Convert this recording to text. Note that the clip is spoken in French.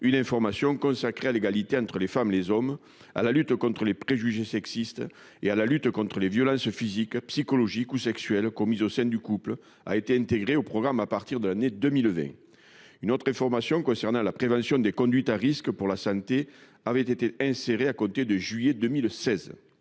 une information consacrée à l'égalité entre les femmes, les hommes à la lutte contre les préjugés sexistes et à la lutte contre les violences physiques, psychologiques ou sexuelles commises au sein du couple a été intégré au programme à partir de l'année 2020. Une autre information concernant la prévention des conduites à risques pour la santé avait été inséré à compter de juillet 2016.